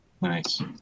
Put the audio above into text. Nice